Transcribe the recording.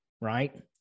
right